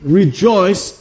rejoice